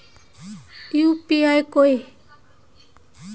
UPI कोई